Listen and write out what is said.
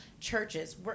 churches